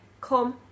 come